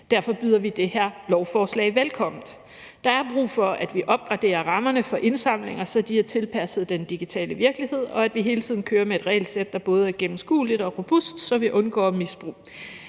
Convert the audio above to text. Derfor byder vi det her lovforslag velkommen. Der er brug for, at vi opgraderer rammerne for indsamlinger, så de er tilpasset den digitale virkelighed, og at vi hele tiden kører med et regelsæt, der både er gennemskueligt og robust, så vi undgår misbrug.